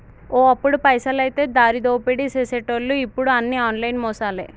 ఓ అప్పుడు పైసలైతే దారిదోపిడీ సేసెటోళ్లు ఇప్పుడు అన్ని ఆన్లైన్ మోసాలే